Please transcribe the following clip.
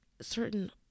certain